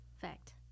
Fact